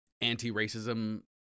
anti-racism